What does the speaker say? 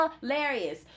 hilarious